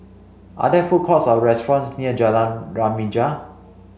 are there food courts or restaurants near Jalan Remaja